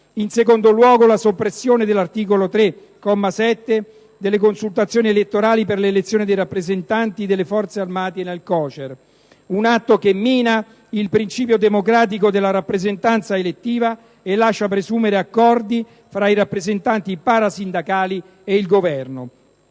In secondo luogo la soppressione, all'articolo 3, comma 7, delle consultazioni elettorali per l'elezione dei rappresentanti delle Forze armate nel COCER. Un atto che mina il principio democratico della rappresentanza elettiva e lascia presumere accordi fra i rappresentanti parasindacali e il Governo.